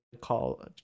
call